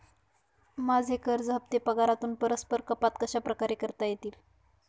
माझे कर्ज हफ्ते पगारातून परस्पर कपात कशाप्रकारे करता येतील?